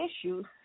issues